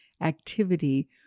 activity